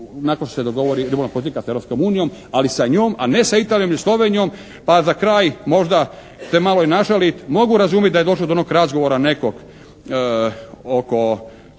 nakon što se dogovori ribolovna politika sa Europskom unijom ali sa njom a ne sa Italijom ili Slovenijom. Pa za kraj, možda se malo i našalit. Mogu razumit da je došlo do onog razgovora nekog oko